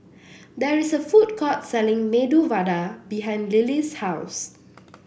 there is a food court selling Medu Vada behind Lily's house